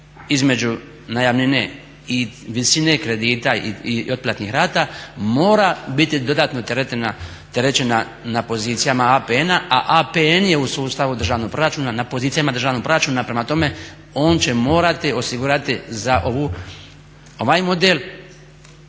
između najamnine i visine kredita i otplatnih rata mora biti dodatno terećena na pozicijama APN-a, a APN je u sustavu državnog proračuna na pozicijama državnog proračuna. Prema tome, on će morati osigurati za ovaj model